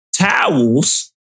towels